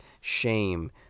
shame